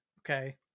Okay